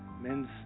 Men's